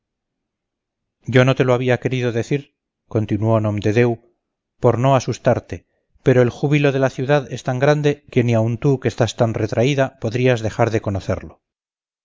yo no te lo había querido decir continuó nomdedeu por no asustarte pero el júbilo de la ciudad es tan grande que ni aun tú que estás tan retraída podrías dejar de conocerlo